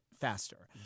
faster